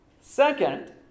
Second